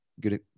Good